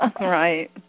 Right